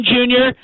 Junior